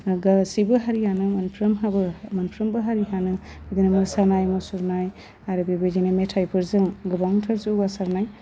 गासिबो हारियानो मोनफ्रोमहाबो मोनफ्रोमबो हारिहानो बिदिनो मोसानाय मुसुरनाय आरो बेबायदिनो मेथाइफोरजों गोबांथार जौगासारनाय